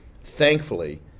Thankfully